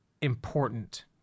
important